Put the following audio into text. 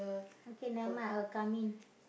okay never mind I will come in